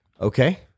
Okay